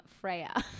Freya